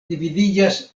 dividiĝas